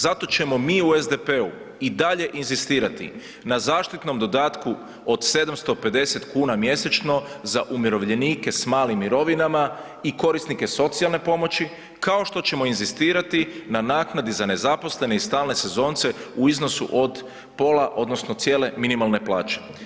Zato ćemo mi u SDP-u i dalje inzistirati na zaštitnom dodatku od 750 kuna mjesečno za umirovljenike s malim mirovinama i korisnike socijalne pomoći, kao što ćemo inzistirati na naknadi za nezaposlene i stalne sezonce u iznosu od pola, odnosno cijele minimalne plaće.